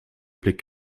blick